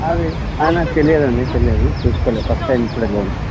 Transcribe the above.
అది అది నాకు తెలియదండి తెలియదు చూసుకోలేదు ఫస్ట్ టైం ఇప్పుడే చూడాలి